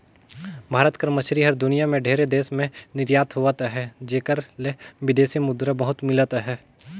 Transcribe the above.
भारत कर मछरी हर दुनियां में ढेरे देस में निरयात होवत अहे जेकर ले बिदेसी मुद्रा बहुत मिलत अहे